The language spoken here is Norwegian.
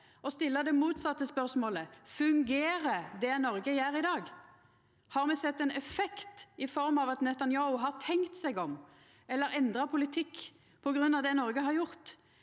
å stilla det motsette spørsmålet: Fungerer det Noreg gjer i dag? Har me sett ein effekt i form av at Netanyahu har tenkt seg om, eller endra politikk, på grunn av det Noreg har gjort?